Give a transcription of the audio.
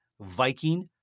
Viking